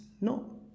No